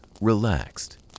relaxed